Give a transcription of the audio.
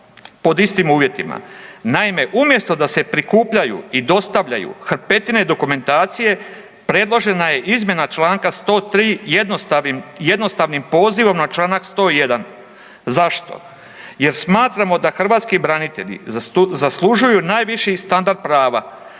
pod istim uvjetima. Naime, umjesto da se prikupljaju i dostavljaju hrpetine dokumentacije predložena je izmjena članka 103. Jednostavnim pozivom na članak 101. Zašto? Jer smatramo da hrvatski branitelji zaslužuju najviši standard prava.